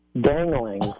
dangling